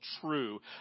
true